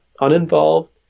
uninvolved